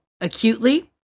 acutely